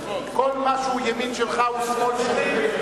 ימין או שמאל?